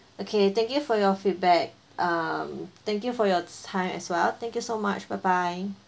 okay thank you for your feedback um thank you for your time as well thank you so much bye bye